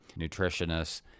Nutritionists